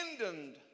abandoned